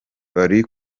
bari